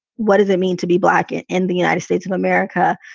what does it mean to be black in and the united states of america?